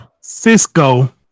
Cisco